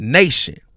nation